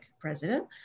president